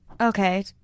Okay